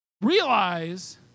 realize